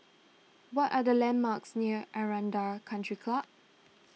what are the landmarks near Aranda Country Club